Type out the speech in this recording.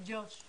ג'וש,